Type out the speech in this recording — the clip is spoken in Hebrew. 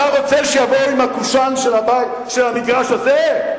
אתה רוצה שיבואו עם הקושאן של המגרש הזה?